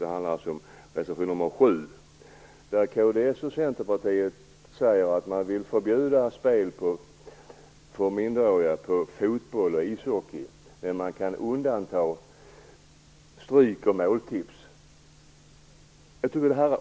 Det handlar om reservation nr 7, där kd och Centerpartiet säger att man vill förbjuda spel för minderåriga på fotboll och ishockey, men att man kan undanta stryk och måltips.